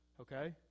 Okay